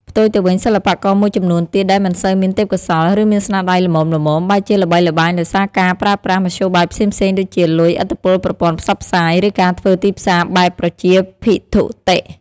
ផ្ទុយទៅវិញ សិល្បករមួយចំនួនទៀតដែលមិនសូវមានទេពកោសល្យ ឬមានស្នាដៃល្មមៗ បែរជាល្បីល្បាញដោយសារការប្រើប្រាស់មធ្យោបាយផ្សេងៗដូចជា លុយ ឥទ្ធិពលប្រព័ន្ធផ្សព្វផ្សាយ ឬការធ្វើទីផ្សារបែបប្រជាភិថុតិ។